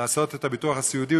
לעשות את הביטוח הסיעודי.